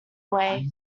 away